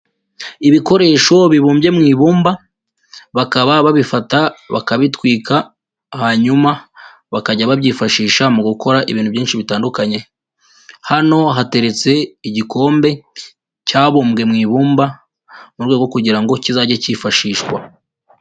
Ibikoresho bibumbye mu ibumba bakaba babifata bakabitwika hanyuma bakajya babyifashisha mu gukora ibintu byinshi bitandukanye, hano hateretse igikombe cyabumbwe mu ibumba mu rwego rwo kugira ngo kizage kifashishwa.